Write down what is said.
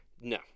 No